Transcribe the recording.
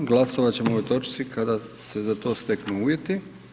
Glasovat ćemo o ovoj točci kada se za to steknu uvjeti.